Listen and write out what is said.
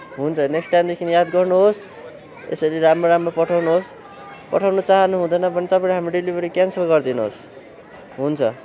हुन्छ नेक्स्ट टाइमदेखि याद गर्नुहोस् यसरी राम्रो राम्रो पठाउनुहोस् पठाउन चाहनुहुँदैन भने तपाईँले हाम्रो डिलिभरी क्यान्सल गरिदिनुहोस् हुन्छ